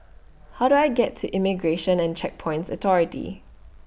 How Do I get to Immigration and Checkpoints Authority